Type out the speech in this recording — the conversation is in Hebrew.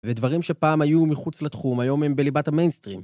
ודברים שפעם היו מחוץ לתחום, היום הם בליבת המיינסטרים.